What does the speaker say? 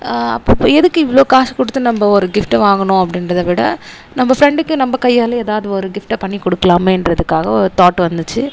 அப்போது எதுக்கு இவ்வளோ காசு கொடுத்து நம்ம ஒரு கிஃப்ட்டை வாங்கணும் அப்படின்றத விட நம்ம ஃபிரெண்டுக்கு நம்ம கையாலேயே ஏதாவது ஒரு கிஃப்ட்டாக பண்ணி கொடுக்கலாமேன்றதுக்காக ஒரு தாட் வந்துச்சு